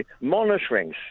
monitoring